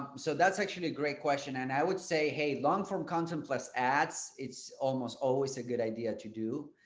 so that's actually a great question. and i would say hey, long form content plus ads, it's almost always a good idea to do